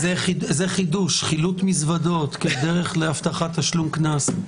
זה חידוש, חילוט מזוודות כדרך להבטחת תשלום קנס.